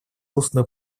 устную